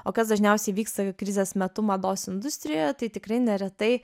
o kas dažniausiai vyksta krizės metu mados industrijoje tai tikrai neretai